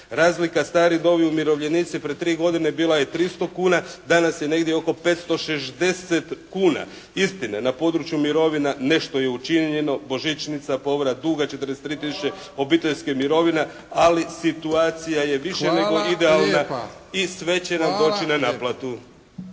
Razlika stari novi umirovljenici pred 3 godine bila je 300 kuna. Danas je negdje oko 560 kuna. Istina, na području mirovina nešto je učinjeno. Božićnica, povrat duga 43 tisuće …… /Upadica: Hvala./ … obiteljske mirovine, ali situacija je više nego idealna i …… /Upadica: Hvala